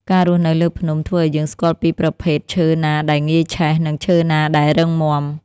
ការរស់នៅលើភ្នំ ធ្វើឲ្យយើងស្គាល់ពីប្រភេទឈើណាដែលងាយឆេះ និងឈើណាដែលរឹងមាំ។